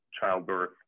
childbirth